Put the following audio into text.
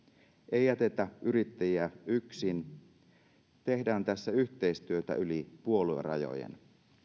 ei jätetä yrittäjiä yksin tehdään tässä yhteistyötä yli puoluerajojen